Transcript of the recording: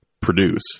produce